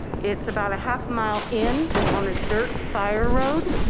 it's about a half mile in, on a dirt fire road,